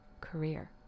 career